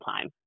time